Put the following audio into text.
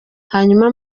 hanyuma